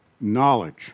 knowledge